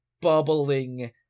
bubbling